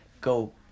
go